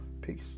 peace